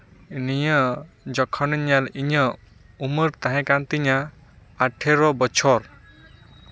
ᱱᱤᱭᱟᱹ ᱡᱚᱠᱷᱚᱱᱤᱧ ᱧᱮᱞ ᱤᱧᱟᱹᱜ ᱩᱢᱮᱹᱨ ᱛᱟᱦᱮᱸ ᱠᱟᱱ ᱛᱤᱧᱟ ᱟᱴᱷᱮᱨᱳ ᱵᱚᱪᱷᱚᱨ